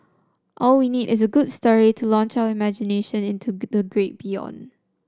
all we need is a good story to launch our imagination into the great beyond